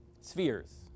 spheres